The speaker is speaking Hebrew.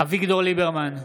אביגדור ליברמן,